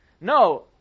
No